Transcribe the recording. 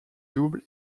double